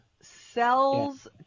sells